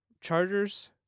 Chargers